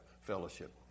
fellowship